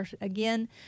again